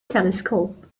telescope